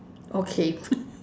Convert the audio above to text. okay